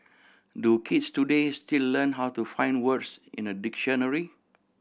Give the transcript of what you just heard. do kids today still learn how to find words in a dictionary